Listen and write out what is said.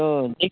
ହୁଁ ହୁଁ